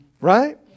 right